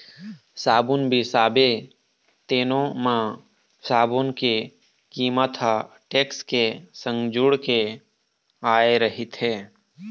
साबून बिसाबे तेनो म साबून के कीमत ह टेक्स के संग जुड़ के आय रहिथे